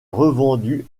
revendues